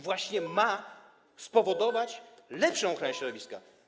Właśnie ma spowodować lepszą ochronę środowiska.